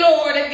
Lord